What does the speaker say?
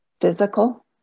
physical